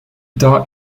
tard